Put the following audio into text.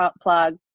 plug